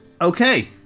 Okay